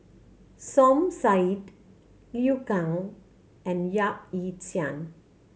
Som Said Liu Kang and Yap Ee Chian